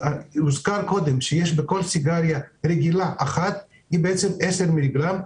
הניקוטין בסיגריה רגילה היא 10 מיליגרם,